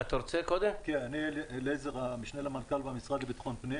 אני המשנה למנכ"ל במשרד לביטחון פנים.